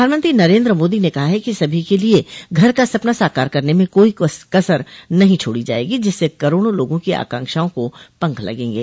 प्रधानमंत्री नरेन्द्र मोदी ने कहा है कि सभी के लिए घर का सपना साकार करने में कोई कसर नहीं छोड़ी जाएगी जिससे करोड़ों लोगों की आकांक्षाओं को पंख लगेंगे